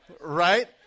Right